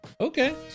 Okay